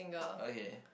okay